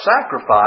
sacrifice